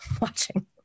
watching